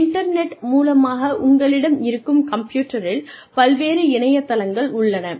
internet மூலமாக உங்களிடம் இருக்கும் கம்ப்யூட்டரில் பல்வேறு இணையதளங்கள் உள்ளன